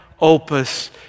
opus